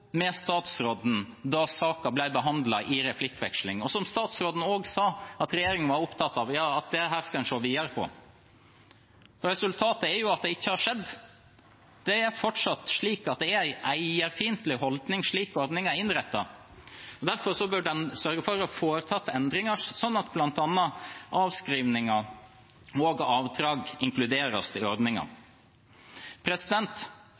med statsråden da saken ble behandlet, og som statsråden sa at regjeringen var opptatt av at en skulle se videre på. Resultatet er at det ikke har skjedd. Det er fortsatt slik at det er en eierfiendtlig holdning slik ordningen er innrettet. Derfor bør man sørge for å foreta endringer slik at bl.a. avskrivninger og avdrag inkluderes i